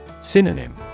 Synonym